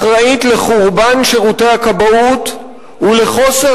אחראית לחורבן שירותי הכבאות ולחוסר